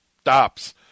stops